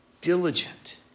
diligent